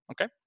Okay